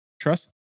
Trust